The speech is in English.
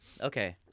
Okay